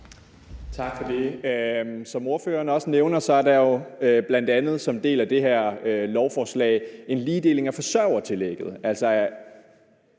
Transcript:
Tak for det. Som ordføreren også nævner, er der jo som en del af det her lovforslag bl.a. en ligedeling af forsørgertillægget.